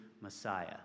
Messiah